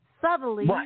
subtly